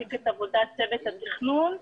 להפסיק את עבודת צוות התכנון.